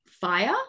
fire